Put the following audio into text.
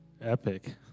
Epic